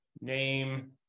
name